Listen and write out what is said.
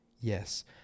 Yes